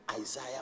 Isaiah